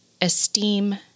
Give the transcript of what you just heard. esteem